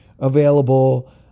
available